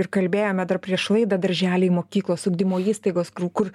ir kalbėjome dar prieš laidą darželiai mokyklos ugdymo įstaigos kur